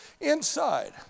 inside